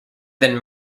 then